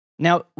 Now